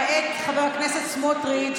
למעט חבר הכנסת סמוטריץ',